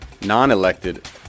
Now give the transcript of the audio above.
non-elected